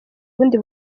ubundi